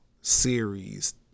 series